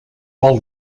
pel